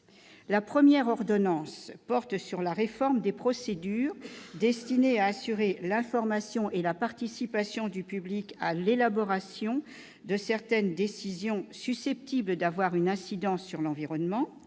et l'ordonnance n° 2016-1060 tend à réformer les procédures destinées à assurer l'information et la participation du public à l'élaboration de certaines décisions susceptibles d'avoir une incidence sur l'environnement.